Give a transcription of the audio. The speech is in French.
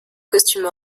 costume